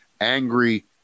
angry